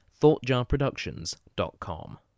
ThoughtJarProductions.com